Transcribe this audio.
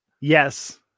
Yes